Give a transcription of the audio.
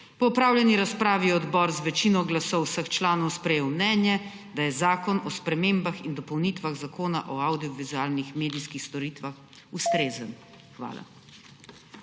Po opravljeni razpravi je odbor z večino glasov vseh članov sprejel mnenje, da je Zakon o spremembah in dopolnitvah Zakona o avdiovizualnih medijskih storitvah ustrezen. Hvala.